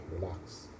relax